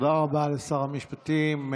תודה רבה לשר המשפטים.